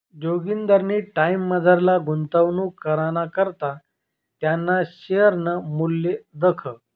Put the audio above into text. जोगिंदरनी टाटामझार गुंतवणूक कराना करता त्याना शेअरनं मूल्य दखं